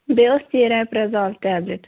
بیٚیہِ اوس یہِ ریٚپریٚزال ٹیبلِٹ